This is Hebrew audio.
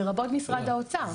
לרבות משרד האוצר.